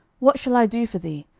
what shall i do for thee?